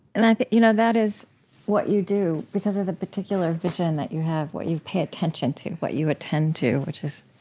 and that you know that is what you do because of the particular vision that you have, what you pay attention to, what you attend to, which is